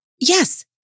Yes